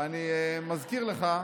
ואני מזכיר לך,